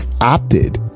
opted